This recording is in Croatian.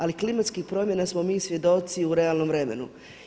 Ali klimatskih promjena smo mi svjedoci u realnom vremenu.